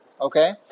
okay